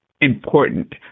important